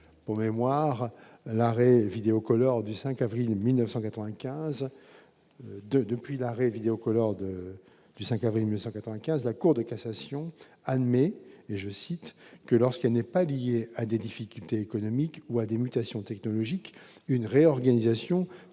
avril 1995 2 depuis l'arrêt vidéo lors de du 5 avril 1195 la Cour de cassation a nommé et je cite que lorsqu'elle n'est pas liée à des difficultés économiques ou à des mutations technologiques, une réorganisation